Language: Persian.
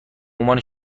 عنوان